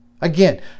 Again